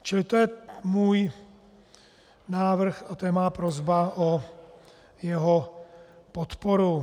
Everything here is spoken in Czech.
Čili to je můj návrh, to je má prosba o jeho podporu.